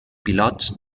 pilots